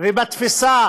ובתפיסה